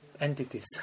entities